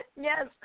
yes